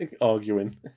arguing